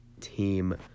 team